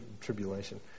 Tribulation